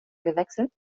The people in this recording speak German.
gewechselt